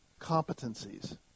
competencies